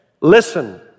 Listen